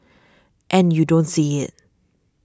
and you don't see it